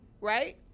right